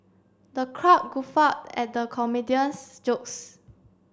the crowd guffawed at the comedian's jokes